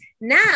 now